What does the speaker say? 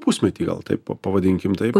pusmetį gal taip pavadinkim taip